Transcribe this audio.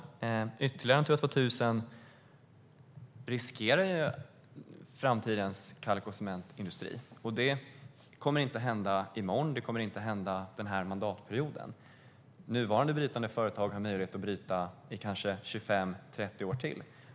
Ytterligare Natura 2000-områden riskerar framtidens kalk och cementindustri. Det kommer inte att hända i morgon eller den här mandatperioden. Nuvarande brytande företag har möjlighet att bryta i kanske 25-30 år till.